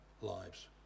lives